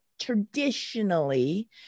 traditionally